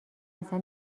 اصلا